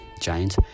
giants